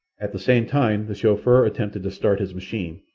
at the same time the chauffeur attempted to start his machine,